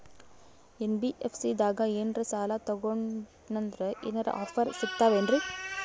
NBFC ದಾಗ ಏನ್ರ ಸಾಲ ತೊಗೊಂಡ್ನಂದರ ಏನರ ಆಫರ್ ಸಿಗ್ತಾವೇನ್ರಿ?